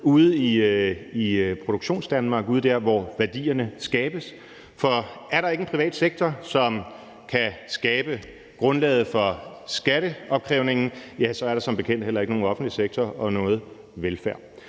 ude i Produktionsdanmark, altså ude der, hvor værdierne skabes, for er der ikke en privat sektor, som kan skabe grundlaget for skatteopkrævningen, ja, så er der som bekendt heller ikke nogen offentlig sektor og noget velfærd.